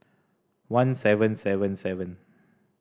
one seven seven seven